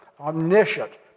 omniscient